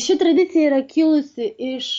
ši tradicija yra kilusi iš